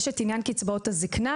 יש את עניין קצבאות הזקנה,